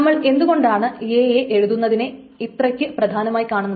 നമ്മൾ എന്തുകൊണ്ടാണ് a യെ എഴുതുന്നതിനെ ഇത്രക്ക് പ്രധാനമായി കാണുന്നത്